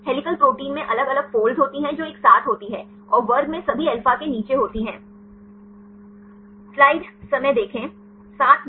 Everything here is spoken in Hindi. हेलिकल प्रोटीन में अलग अलग फोल्ड्स होती हैं जो एक साथ होती हैं और वर्ग में सभी अल्फा के नीचे होती हैं